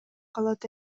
калат